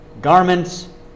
garments